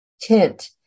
tint